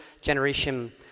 Generation